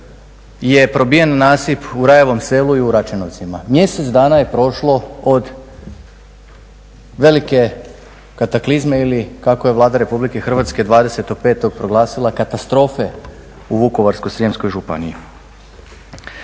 je probijen nasip u Rajevom selu i u Račinovcima. Mjesec dana je prošlo od velike kataklizme ili kako je Vlada Republike Hrvatske 20.5. proglasila katastrofe u Vukovarsko-srijemskoj županiji.